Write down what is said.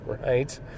Right